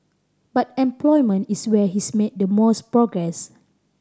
but employment is where he's made the most progress